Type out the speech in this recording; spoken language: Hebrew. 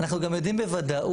אנחנו גם יודעים בוודאות